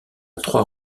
trois